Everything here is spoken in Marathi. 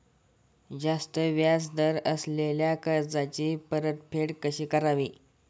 जास्त व्याज दर असलेल्या कर्जाची परतफेड कशी करावी?